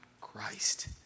Christ